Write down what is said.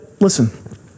listen